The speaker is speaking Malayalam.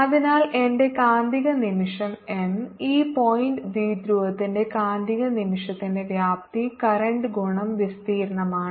അതിനാൽ എന്റെ കാന്തിക നിമിഷം m ഈ പോയിന്റ് ദ്വിധ്രുവത്തിന്റെ കാന്തിക നിമിഷത്തിന്റെ വ്യാപ്തി കറന്റ് ഗുണം വിസ്തീർണ്ണമാണ്